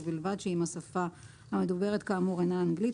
ובלבד שאם השפה המדוברת כאמור אינה אנגלית,